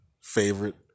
favorite